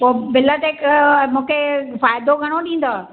पोइ बिल ते मूंखे फ़ाइदो घणो ॾींदा